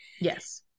Yes